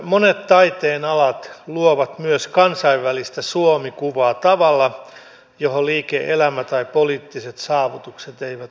monet taiteenalat luovat myös kansainvälistä suomi kuvaa tavalla johon liike elämä tai poliittiset saavutukset eivät yllä